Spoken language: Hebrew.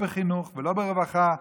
לא בחינוך ולא ברווחה.